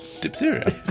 Diphtheria